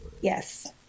Yes